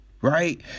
Right